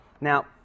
Now